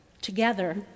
together